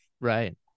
Right